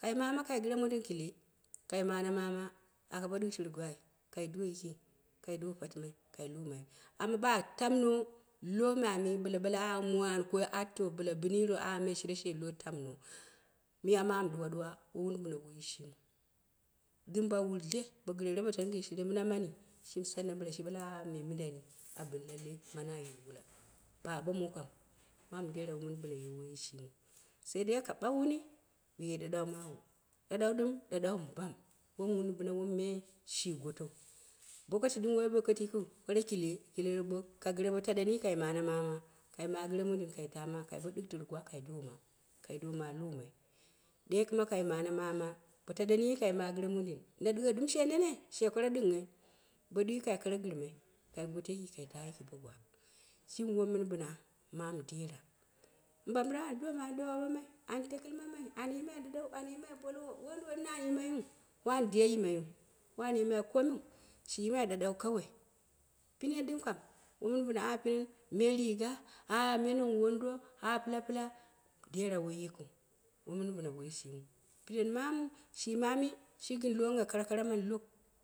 kai mama kai gire mondin kile kai ma mama aka bo ɗiutiru gwai kai do patimai kai do lumai amma ba tamno, lowo maami bila ɓale a mua kwai atta biila bɨu yiro ah me shire she lowo tamno, miya mamu ɗwa-ɗuwa woi wun bina woyi shimiu. Dim ba wulde ba'a gɨrere bo tannu gɨn shire mine mani shimi sanna bɨla ɓale, ah she mindani a bin lallai mani a ye wula, ɓaɓamma kam mumu dera wooi mɨn bina ye woyi shimiu, sai dai ka ɓau wuni wu ye ɗaɗau mawu. Daɗau ɗɨm ɗaɗau mɨ bam, woi min bina wom me shi gotou, bo oki ɗɨm woi bokati yikiu ka ra ambo kile, kile loɓok bo ka taɗe kai mana mama kai ma gire mondir ka tamma ka ɗɨ huru gwa dooma kai ma doo luumai ɗekima kai mana mama bo taɗeni kai ma gɨre mondin na ɗɨgho ɗɨm shenene shi kara ɗinghai mongo ɗɨm kai kara gɨrmai kai goto jiki ka taa bo gwa, shimi wom mɨn bina mamu. Dera, mɓambiram am dooma an do wamama an yimai ɗaɗau an yimai boluwo wu wunduwoi nini an yimaiu, wani deeyimalu, wani yimai komiu shi yimai ɗaɗau kawai pinen ɗɨm kam, wo min bina ah mɨnen me riga aha, me nong wando, ah pɨla pɨla dera woi yiku. Woi min bina woyi shimiu. Pinen mamu shima, maami shi gɨn longnghai karakarlog.